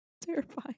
terrifying